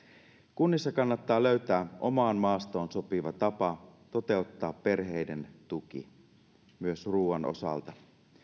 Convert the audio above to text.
kunnissa kannattaa löytää omaan maastoon sopiva tapa toteuttaa perheiden tuki myös ruoan osalta